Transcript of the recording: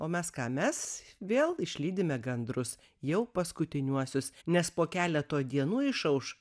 o mes ką mes vėl išlydime gandrus jau paskutiniuosius nes po keleto dienų išauš